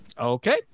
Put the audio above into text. Okay